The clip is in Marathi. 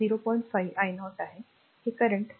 5 i 0 आहे हे current 0